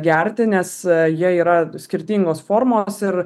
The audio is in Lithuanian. gerti nes jie yra skirtingos formos ir